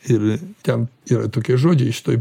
ir ten yra tokie žodžiai šitoj